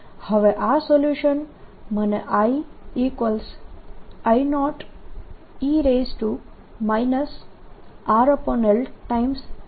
હવે આ સોલ્યુશન મને II0e RLt આપે છે